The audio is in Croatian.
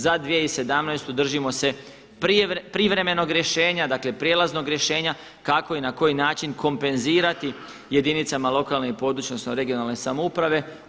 Za 2017. držimo se privremenog rješenja, dakle prijelaznog rješenja kako i na koji način kompenzirati jedinicama lokalne i područne odnosno regionalne samouprave.